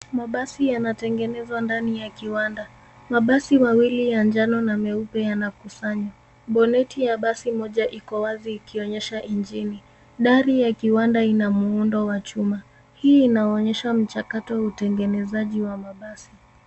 Mabasi yanatengenezwa ndani ya kiwanda. Mabasi wawili na njano na meupe yanakusanywa. Boneti moja ya basi iko wazi ikionyesha injini. Dari ya kiwanda ina muundo wa chuma. Hii inaonyesha mchakato wa utengenezaji wa mabasi.